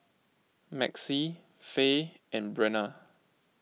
Maxie Fae and Brenna